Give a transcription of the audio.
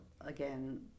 again